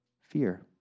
fear